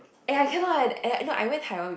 eh I cannot eh no I went Taiwan with